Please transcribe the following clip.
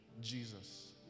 Jesus